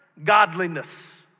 Godliness